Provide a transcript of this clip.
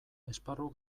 esparru